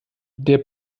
der